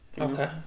Okay